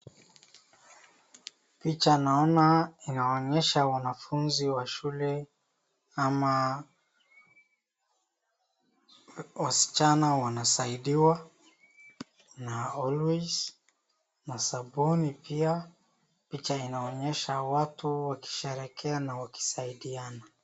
Picha naona inaonyesha wanafunzi wa shule, ama wasichana wanasaidiwa na always na sabuni pia, picha inaonyesha watu wakisherehekea na wakisaidiana